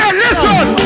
listen